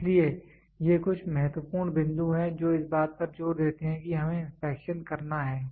इसलिए ये कुछ महत्वपूर्ण बिंदु हैं जो इस बात पर जोर देते हैं कि हमें इंस्पेक्शन करना है